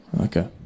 Okay